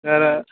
तर